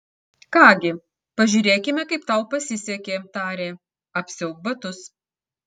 ką gi pažiūrėkime kaip tau pasisekė tarė apsiauk batus